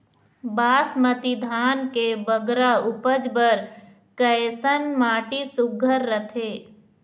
बासमती धान के बगरा उपज बर कैसन माटी सुघ्घर रथे?